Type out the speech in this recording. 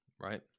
Right